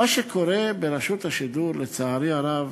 מה שקורה ברשות השידור, לצערי הרב,